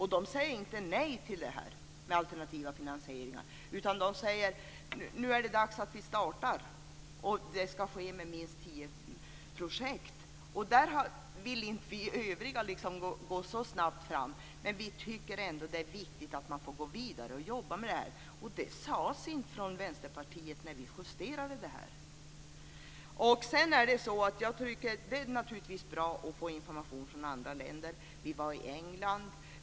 De säger inte nej till alternativa finansieringar, utan de säger att det är dags att vi startar nu och att det ska vara minst tio projekt. Vi övriga vill inte gå så snabbt fram, men vi tycker att det är viktigt att man går vidare och jobbar med det här. När vi justerade det här sades det inte något om detta från Vänsterpartiets sida. Det är naturligtvis bra att få information från andra länder. Vi var i England.